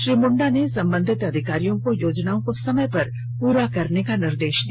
श्री मुंडा ने संबंधित अधिकारियों को योजनाओं को समय पर पूरा करने का निर्देश दिया